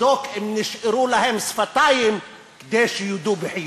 לבדוק אם נשארו להם שפתיים כדי שיודו בחיוך.